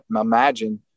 imagine